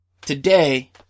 Today